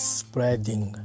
spreading